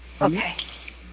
Okay